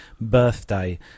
birthday